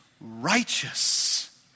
righteous